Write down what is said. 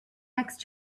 next